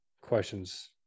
questions